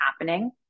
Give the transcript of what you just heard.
happening